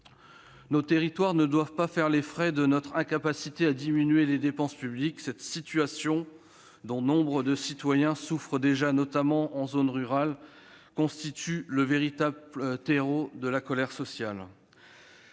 Nos territoires ne doivent pas faire les frais de notre incapacité à diminuer les dépenses publiques. Cette situation, dont nombre de concitoyens souffrent déjà, notamment en zone rurale, constitue le véritable terreau de la colère sociale.